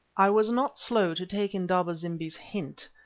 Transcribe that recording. i was not slow to take indaba-zimbi's hint.